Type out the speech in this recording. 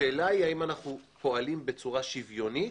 השאלה היא האם אנחנו פועלים בצורה שוויונית